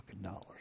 dollars